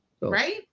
right